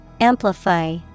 Amplify